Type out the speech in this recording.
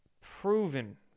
Proven